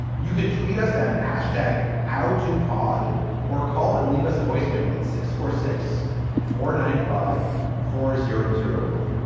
you can tweet us at hashtag how to pod or call and leave us a voicemail at six four six four nine five four zero zero one.